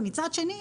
ומצד שני,